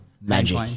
Magic